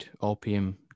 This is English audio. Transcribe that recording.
opium